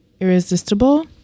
irresistible